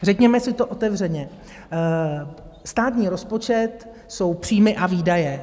Řekněme si to otevřeně, státní rozpočet jsou příjmy a výdaje.